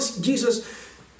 Jesus